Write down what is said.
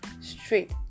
straight